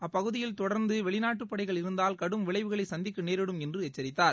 அப்பகுதியில் தொடர்ந்து வெளிநாட்டுப் படைகள் இருந்தால் கடும் விளைவுகளை சந்திக்க நேரிடும் என்று எச்சரித்தார்